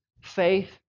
faith